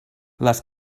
les